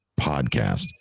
Podcast